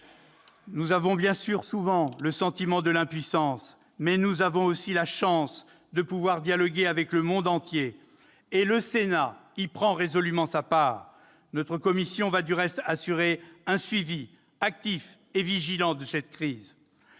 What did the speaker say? nous éprouvons souvent le sentiment de l'impuissance, mais nous avons aussi la chance de pouvoir dialoguer avec le monde entier ; et, à cet effort, le Sénat prend résolument sa part. Notre commission va du reste assurer un suivi actif et vigilant de cette crise.